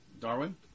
Darwin